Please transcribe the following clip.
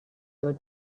your